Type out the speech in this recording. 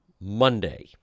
monday